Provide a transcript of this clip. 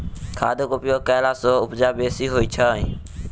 खादक उपयोग कयला सॅ उपजा बेसी होइत छै